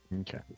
Okay